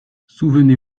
souvenez